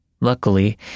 Luckily